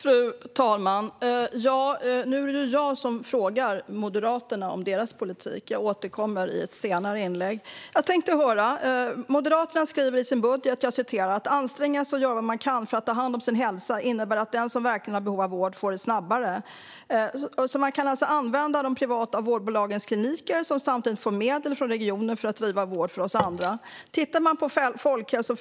Fru talman! Nu är det jag som frågar Moderaterna om deras politik. Jag återkommer till det andra i ett senare inlägg. Moderaterna skriver i sin budget: "Att anstränga sig och göra vad man kan för att ta hand om sin hälsa innebär att den som verkligen har behov av vård kan få det snabbare." Man kan alltså använda de privata vårdbolagens kliniker, som samtidigt får medel av regionen för att driva vård - medel som också ska räcka till vård för oss andra.